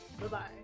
Bye-bye